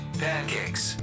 pancakes